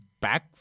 back